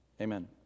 Amen